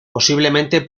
posiblemente